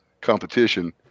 competition